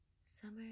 Summer